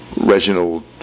Reginald